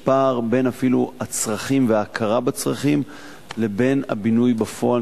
יש פער בין הצרכים וההכרה בצרכים לבין הבינוי בפועל,